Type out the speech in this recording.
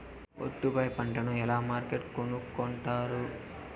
ఒట్టు పై పంటను ఎలా మార్కెట్ కొనుక్కొంటారు?